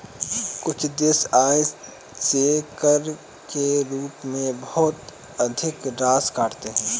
कुछ देश आय से कर के रूप में बहुत अधिक राशि काटते हैं